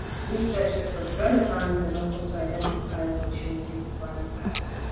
research which was relevant and also to identify opportunities for impact.